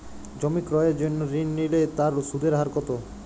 জমি ক্রয়ের জন্য ঋণ নিলে তার সুদের হার কতো?